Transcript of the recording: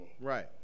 right